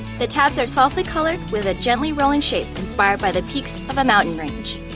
the tabs are softly colored, with a gently rolling shape inspired by the peaks of a mountain range.